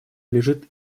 лежит